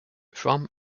from